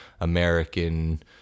american